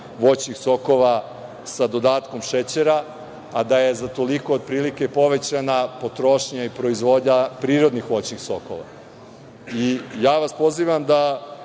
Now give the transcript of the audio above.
voćnih sokova sa dodatkom šećera, a da je za toliko otprilike povećana potrošnja i proizvodnja prirodnih voćnih sokova. Pozivam vas